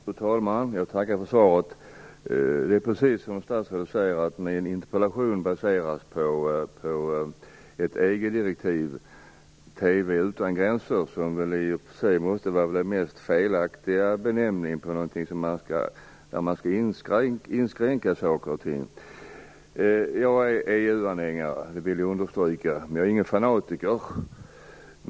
Fru talman! Jag tackar för svaret. Det är precis som statsrådet säger. Min interpellation baseras på EG-direktivet TV utan gränser, som i och för sig måste vara den mest felaktiga benämningen på någonting som skall inskränka saker och ting. Jag är EU-anhängare. Det vill jag understryka. Men jag är ingen fanatiker.